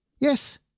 Yes